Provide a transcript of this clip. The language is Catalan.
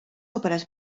òperes